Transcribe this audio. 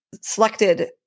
selected